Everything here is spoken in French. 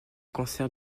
cancer